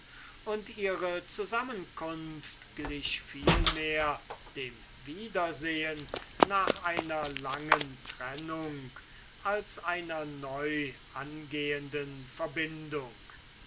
und ihre zusammenkunft glich viel mehr dem wiedersehen nach einer langen trennung als einer neuangehenden verbindung